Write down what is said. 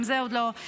גם זה עוד לא,